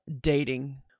dating